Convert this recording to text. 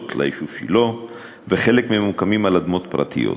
ליישוב שילה וחלק ממוקמים על אדמות פרטיות.